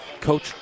Coach